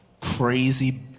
crazy